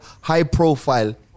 high-profile